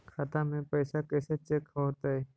खाता में पैसा कैसे चेक हो तै?